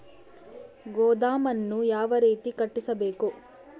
ಗೋದಾಮನ್ನು ಯಾವ ರೇತಿ ಕಟ್ಟಿಸಬೇಕು?